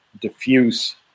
diffuse